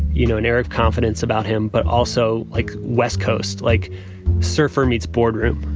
you know, an air of confidence about him. but also like west coast, like surfer meets boardroom,